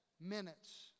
minutes